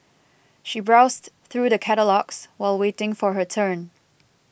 she browsed through the catalogues while waiting for her turn